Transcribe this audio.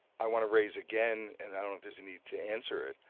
i want to raise again and i don't know there's a need to answer it,